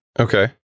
Okay